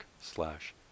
slash